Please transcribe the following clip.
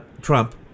Trump